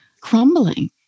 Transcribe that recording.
crumbling